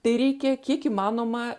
tai reikia kiek įmanoma